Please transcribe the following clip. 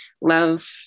love